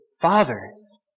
fathers